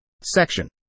Section